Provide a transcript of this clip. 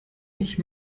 ich